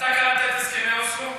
אתה קראת את הסכמי אוסלו?